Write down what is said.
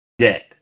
debt